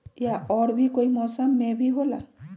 या और भी कोई मौसम मे भी होला?